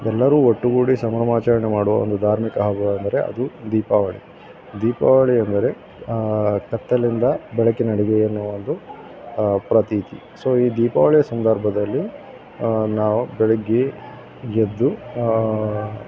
ಎಲ್ಲರೂ ಒಟ್ಟುಗೂಡಿ ಸಂಭ್ರಮಾಚರಣೆ ಮಾಡುವ ಒಂದು ಧಾರ್ಮಿಕ ಹಬ್ಬ ಅಂದರೆ ಅದು ದೀಪಾವಳಿ ದೀಪಾವಳಿ ಅಂದರೆ ಕತ್ತಲಿಂದ ಬೆಳಕಿನೆಡೆಗೆ ಎನ್ನುವ ಒಂದು ಪ್ರತೀತಿ ಸೊ ಈ ದೀಪಾವಳಿಯ ಸಂದರ್ಭದಲ್ಲಿ ನಾವು ಬೆಳಿಗ್ಗೆ ಎದ್ದು